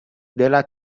della